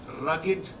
rugged